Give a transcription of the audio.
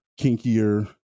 kinkier